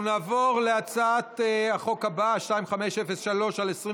אנחנו נעבור להצעת החוק הבאה, 2503/24,